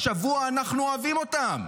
השבוע אנחנו אוהבים אותם.